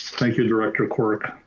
thank you, director quirk.